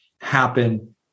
happen